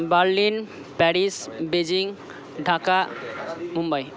Berlin Paris Beijing Dhaka Mumbai